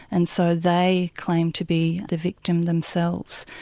and so they claim to be the victim themselves.